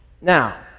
Now